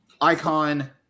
icon